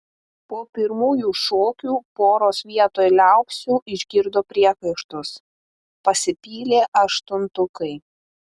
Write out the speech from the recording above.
po pirmųjų šokių poros vietoj liaupsių išgirdo priekaištus pasipylė aštuntukai